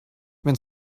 wenn